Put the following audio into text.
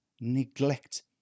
neglect